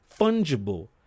fungible